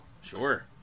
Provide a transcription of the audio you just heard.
Sure